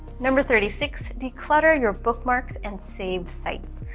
number thirty six declutter your bookmarks and saved sites.